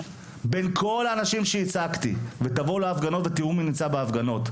בין כל האנשים שהצגתי ותבואו להפגנות ותראו מי נמצא בהפגנות,